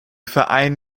verein